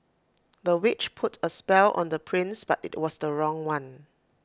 the witch put A spell on the prince but IT was the wrong one